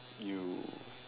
you